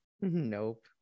Nope